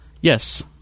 Yes